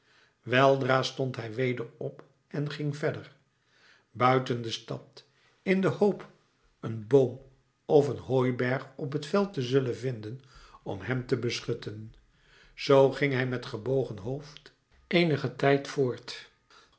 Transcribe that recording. weldra stond hij weder op en ging verder buiten de stad in de hoop een boom of een hooiberg op het veld te zullen vinden om hem te beschutten zoo ging hij met gebogen hoofd eenigen tijd voort